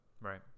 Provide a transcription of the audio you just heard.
Right